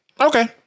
okay